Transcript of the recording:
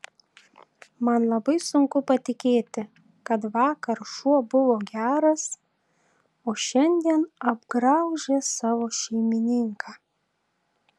man labai sunku patikėti kad vakar šuo buvo geras o šiandien apgraužė savo šeimininką